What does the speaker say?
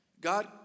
God